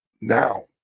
now